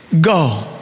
go